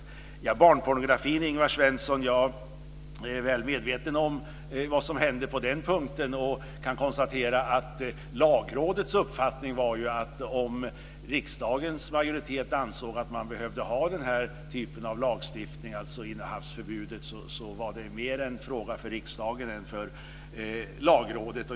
När det gäller barnpornografin, Ingvar Svensson, är jag väl medveten om vad som hände på den punkten och kan konstatera att Lagrådets uppfattning var att om riksdagens majoritet ansåg att man behövde ha den här typen av lagstiftning, alltså om innehavsförbud, så var det mer en fråga för riksdagen än för Lagrådet.